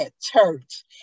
church